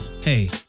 hey